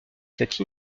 cette